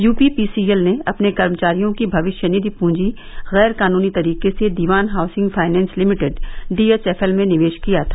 you P P C L ने अपने कर्मचारियों की भविष्य निधि पूंजी गैर कानूनी तरीके से Dewan housing finance limited D H F L में निवेश किया था